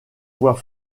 voix